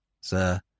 Sir